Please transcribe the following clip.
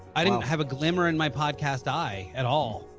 i didn't have a glimmer in my podcast i at all